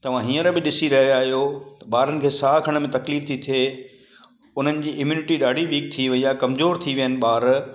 तव्हां हींअर बि ॾिसी रहिया आयो त ॿारनि खे साहु खणण में तकलीफ़ थी थिए उन्हनि जी इम्यूनिटी ॾाढी वीक थी वेई आहे कमज़ोरु थी विया आहिनि ॿार